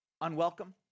Unwelcome